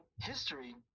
history